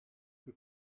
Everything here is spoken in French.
que